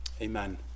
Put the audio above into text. Amen